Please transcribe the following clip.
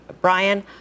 brian